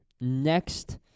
Next